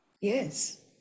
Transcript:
Yes